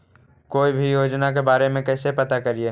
कोई भी योजना के बारे में कैसे पता करिए?